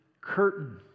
curtain